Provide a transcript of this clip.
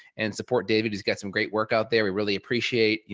and support david, he's got some great work out there. we really appreciate, you